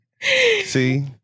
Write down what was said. See